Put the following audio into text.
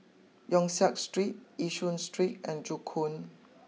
Yong Siak Street Yishun Street and Joo Koon